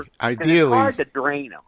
ideally